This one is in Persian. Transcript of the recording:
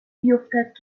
بیفتد